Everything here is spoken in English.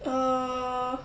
uh